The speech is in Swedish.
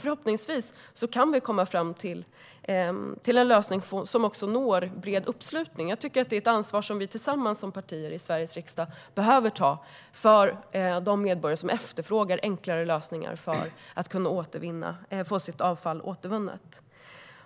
Förhoppningsvis kan vi komma fram till en lösning som når bred uppslutning. Jag tycker att detta är ett ansvar som vi tillsammans, som partier i Sveriges riksdag, behöver ta för de medborgare som efterfrågar enklare lösningar för att få sitt avfall återvunnet.